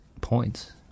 points